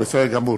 בסדר גמור.